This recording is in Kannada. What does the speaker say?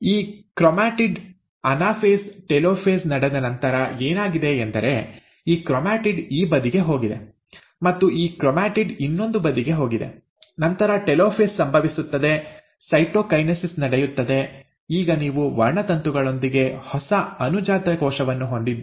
ಈ ಕ್ರೊಮ್ಯಾಟಿಡ್ ಅನಾಫೇಸ್ ಟೆಲೋಫೇಸ್ ನಡೆದ ನಂತರ ಏನಾಗಿದೆ ಎಂದರೆ ಈ ಕ್ರೊಮ್ಯಾಟಿಡ್ ಈ ಬದಿಗೆ ಹೋಗಿದೆ ಮತ್ತು ಈ ಕ್ರೊಮ್ಯಾಟಿಡ್ ಇನ್ನೊಂದು ಬದಿಗೆ ಹೋಗಿದೆ ನಂತರ ಟೆಲೋಫೇಸ್ ಸಂಭವಿಸುತ್ತದೆ ಸೈಟೊಕೈನೆಸಿಸ್ ನಡೆಯುತ್ತದೆ ಈಗ ನೀವು ವರ್ಣತಂತುಗಳೊಂದಿಗೆ ಹೊಸ ಅನುಜಾತ ಕೋಶವನ್ನು ಹೊಂದಿದ್ದೀರಿ